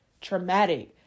traumatic